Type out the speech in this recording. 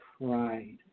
pride